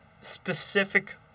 specific